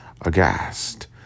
aghast